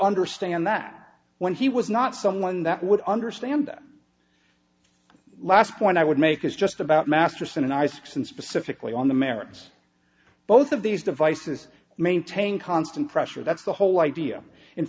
understand that when he was not someone that would understand that last point i would make is just about masterson and isaacson specifically on the merits both of these devices maintain constant pressure that's the whole idea in